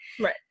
Right